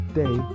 day